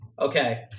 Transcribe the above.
Okay